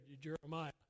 Jeremiah